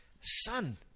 son